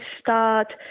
start